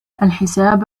الحساب